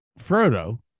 Frodo